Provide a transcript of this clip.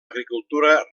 agricultura